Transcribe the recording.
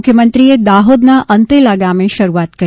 મુખ્યમંત્રીએ દાહોદના અંતેલા ગામે શરૂઆત કરી